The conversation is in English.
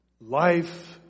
life